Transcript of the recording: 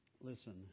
listen